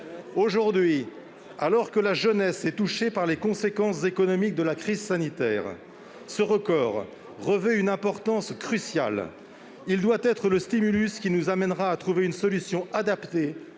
Aujourd'hui, alors que la jeunesse est touchée par les conséquences économiques de la crise sanitaire, ce record revêt une importance cruciale. Il doit être le stimulus qui nous amènera à trouver une solution adaptée